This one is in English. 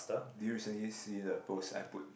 do you recently see the post I put